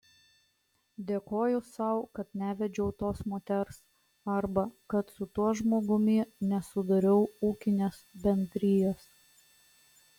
dėkoju sau kad nevedžiau tos moters arba kad su tuo žmogumi nesudariau ūkinės bendrijos